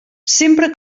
sempre